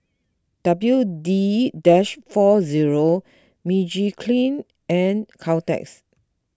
W D Dish four zero Magiclean and Caltex